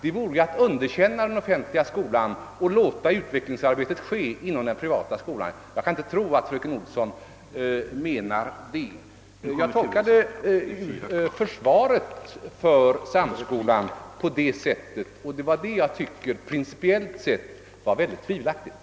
Det vore att underkänna den offentliga skolan och låta utvecklingsarbetet ske inom den privata skolan. Jag kan inte tro att fröken Olsson menar så. Jag tolkade dock försvaret av samskolan så, vilket jag, principiellt sett, tycker är tvivelaktigt.